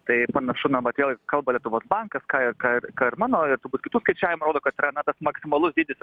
tai panašu na vat vėlgi kalba lietuvos bankas ką ir ką ir ką ir mano ir turbūt kitų skaičiavimai rodo kad yra na tas maksimalus dydis